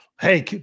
hey